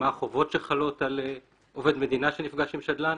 מה החובות שחלות על עובד מדינה שנפגש עם שדלן,